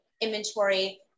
inventory